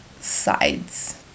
sides